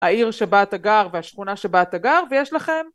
העיר שבה אתה גר והשכונה שבה אתה גר ויש לכם